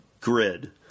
grid